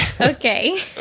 Okay